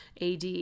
AD